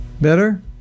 Better